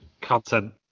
Content